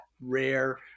rare